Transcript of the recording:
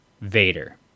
Vader